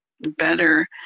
better